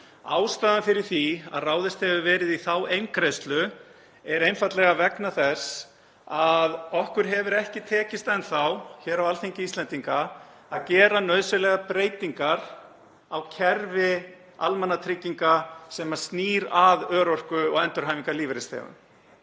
ástæðan fyrir því að ráðist hefur verið í þá eingreiðslu einfaldlega sú að okkur hefur ekki tekist enn þá hér á Alþingi Íslendinga að gera nauðsynlegar breytingar á kerfi almannatrygginga sem snýr að örorku- og endurhæfingarlífeyrisþegum.